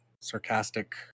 sarcastic